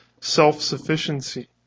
self-sufficiency